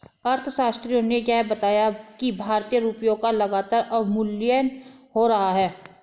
अर्थशास्त्रियों ने यह बताया कि भारतीय रुपयों का लगातार अवमूल्यन हो रहा है